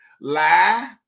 Lie